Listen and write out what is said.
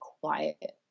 quiet